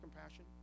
compassion